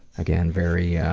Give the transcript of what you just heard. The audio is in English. again, very, yeah